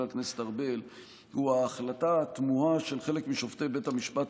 הכנסת ארבל הוא ההחלטה התמוהה של חלק משופטי בית המשפט